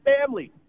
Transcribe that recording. family